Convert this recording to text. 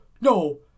no